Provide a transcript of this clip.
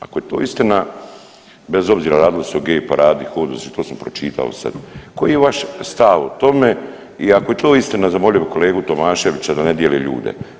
Ako je to istina bez obzira radilo se o gay paradi, „Hodu za život“, to sam pročitao sad, koji je vaš stav o tome i ako je to istina zamolio bi kolegu Tomaševića da ne dijeli ljude.